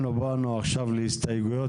אנחנו באנו עכשיו לעסוק בהסתייגויות